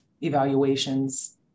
evaluations